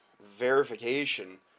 verification